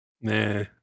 nah